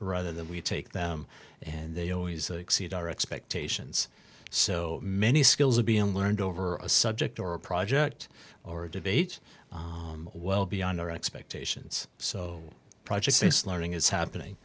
rather than we take them and they always exceed our expectations so many skills are being learned over a subject or a project or a debate well beyond our expectations so project based learning is happening